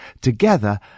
together